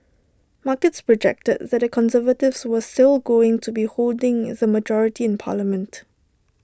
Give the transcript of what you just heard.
markets projected that conservatives was still going to be holding the majority in parliament